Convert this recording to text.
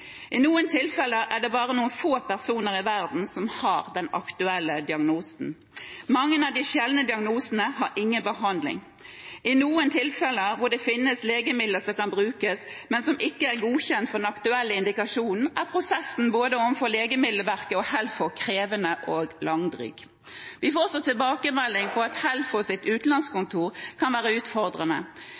I noen tilfeller er det bare noen få personer i verden som har den aktuelle diagnosen. Mange av de sjeldne diagnosene har ingen behandling. I noen tilfeller hvor det finnes legemidler som kan brukes, men som ikke er godkjent for den aktuelle indikasjonen, er prosessen overfor både Legemiddelverket og HELFO krevende og langdryg. Vi får også tilbakemelding om at HELFOs utenlandskontor kan være utfordrende.